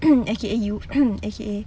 okay you